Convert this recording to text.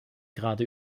gerade